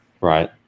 right